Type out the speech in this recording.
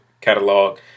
catalog